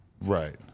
Right